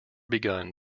begun